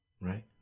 Right